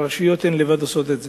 הרשויות לבדן עושות את זה.